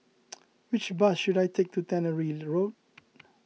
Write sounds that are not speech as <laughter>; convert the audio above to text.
<noise> which bus should I take to Tannery Road